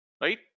right